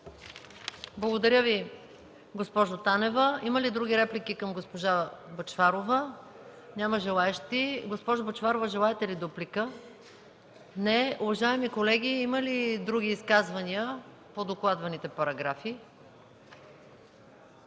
Благодаря Ви, госпожо Танева. Има ли други реплики към госпожа Бъчварова? Няма желаещи. Госпожо Бъчварова, желаете ли дуплика? Не. Уважаеми колеги, има ли други изказвания по докладваните параграфи?